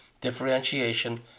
differentiation